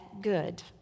good